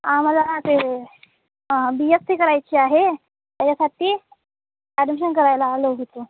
आम्हाला ते B S C करायची आहे त्याच्यासाठी अॅडमिशन करायला आलो होतो